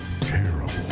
Terrible